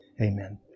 Amen